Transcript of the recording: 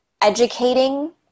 educating